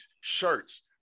shirts